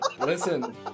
Listen